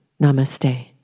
Namaste